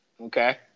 okay